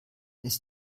ist